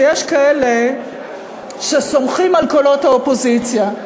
שיש כאלה שסומכים על קולות האופוזיציה.